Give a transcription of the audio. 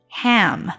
ham